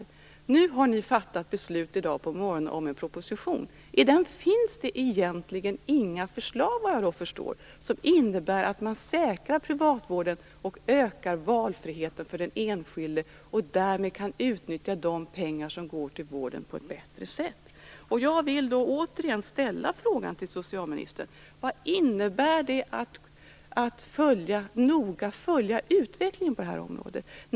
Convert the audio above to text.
Nu har regeringen i dag på morgonen fattat beslut om en proposition. Men vad jag förstår innehåller den egentligen inga förslag som innebär att man säkrar privatvården och ökar valfriheten för den enskilde och därmed kan utnyttja de pengar som går till vården på ett bättre sätt. Jag vill återigen fråga socialministern: Vad innebär det att noga följa utvecklingen på det här området?